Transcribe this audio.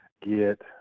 Get